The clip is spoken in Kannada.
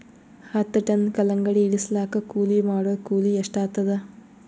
ಹತ್ತ ಟನ್ ಕಲ್ಲಂಗಡಿ ಇಳಿಸಲಾಕ ಕೂಲಿ ಮಾಡೊರ ಕೂಲಿ ಎಷ್ಟಾತಾದ?